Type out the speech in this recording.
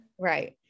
Right